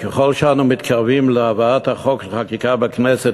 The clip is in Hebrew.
ככל שאנו מתקרבים להבאת החוק לחקיקה בכנסת